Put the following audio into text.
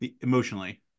emotionally